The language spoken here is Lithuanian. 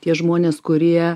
tie žmonės kurie